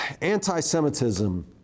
Anti-Semitism